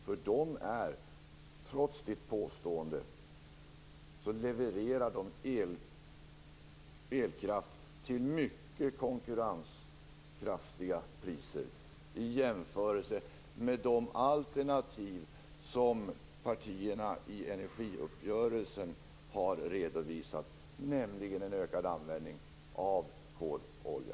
Oavsett vad Ragnhild Pohanka påstår levererar de elkraft till mycket konkurrenskraftiga priser i jämförelse med de alternativ som partierna i energiuppgörelsen har redovisat, nämligen en ökad användning av kol och olja.